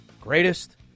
greatest